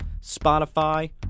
Spotify